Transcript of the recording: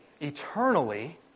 eternally